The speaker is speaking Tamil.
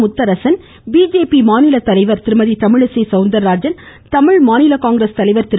முத்தரசன் பிஜேபி மாநில தலைவா் திருமதி தமிழிசை சவுந்தர்ராஜன் தமிழ் மாநில தகாங்கிரஸ் தலைவர் திரு